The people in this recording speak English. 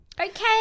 Okay